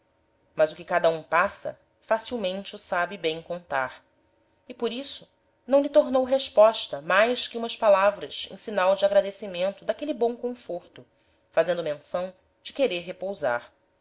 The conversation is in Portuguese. mas o que cada um passa facilmente o sabe bem contar e por isso não lhe tornou resposta mais que umas palavras em sinal de agradecimento d'aquele bom conforto fazendo menção de querer repousar